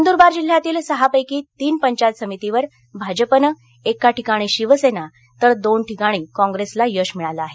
नंदूरबार जिल्ह्यातील सहापैकी तीन पंचायत समितींवर भाजपाने एका ठिकाणी शिवसेना तर दोन ठिकाणी कॉप्रेसला यश मिळाल आहे